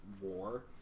war